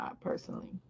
personally